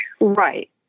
Right